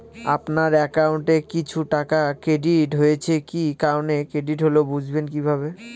আপনার অ্যাকাউন্ট এ কিছু টাকা ক্রেডিট হয়েছে কি কারণে ক্রেডিট হল বুঝবেন কিভাবে?